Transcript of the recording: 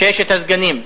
ששת הסגנים.